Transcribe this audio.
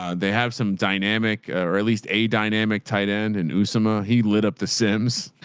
ah they have some dynamic or at least a dynamic tight end. and oussama he lit up the sims.